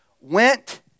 went